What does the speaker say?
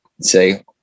say –